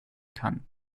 kann